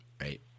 Right